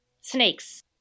Snakes